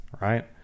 right